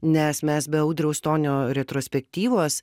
nes mes be audriaus stonio retrospektyvos